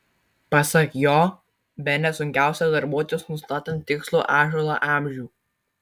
pasak jo bene sunkiausia darbuotis nustatant tikslų ąžuolo amžių